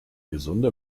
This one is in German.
gesunde